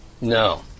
No